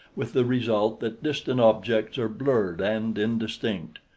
with the result that distant objects are blurred and indistinct.